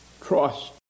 trust